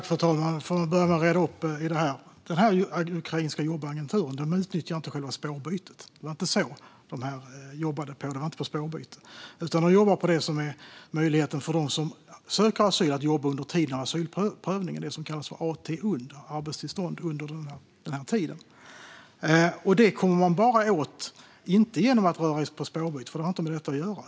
Fru talman! Jag får börja med att reda ut detta. Den ukrainska jobbagenturen utnyttjar inte själva spårbytet. Det var inte så de jobbade, utan de jobbade med möjligheten för dem som söker asyl att jobba under tiden asylprövningen sker - det som kallas för AT-UND, det vill säga arbetstillstånd under den tiden. Det här kommer man inte åt genom att röra spårbytet, för det har inte med detta att göra.